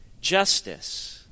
Justice